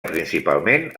principalment